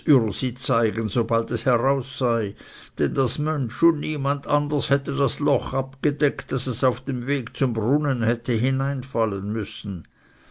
ürsi zeigen sobald es heraus sei denn das mönsch und niemand anders hätte das loch abgedeckt daß es auf dem weg zum brunnen hätte hineinfallen müssen